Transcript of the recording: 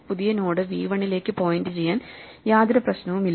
പുതിയ node V 1 ലേക്ക് point ചെയ്യാൻ യാതൊരു പ്രശ്നവുമില്ല